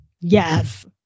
Yes